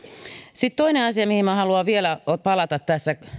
sitten toinen asia mihin minä haluan vielä palata tässä